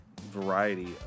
variety